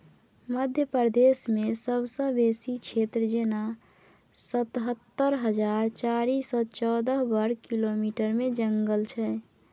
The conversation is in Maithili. मध्य प्रदेशमे सबसँ बेसी क्षेत्र जेना सतहत्तर हजार चारि सय चौदह बर्ग किलोमीटरमे जंगल छै